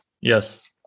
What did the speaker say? Yes